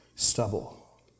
stubble